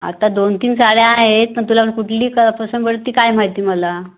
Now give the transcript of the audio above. आता दोन तीन साड्या आहेत पण तुला कुठली पसंत पडते काय माहिती मला